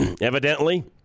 Evidently